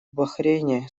бахрейне